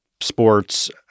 sports